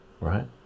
right